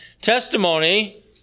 testimony